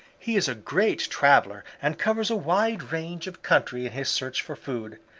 he is a great traveler and covers a wide range of country in his search for food.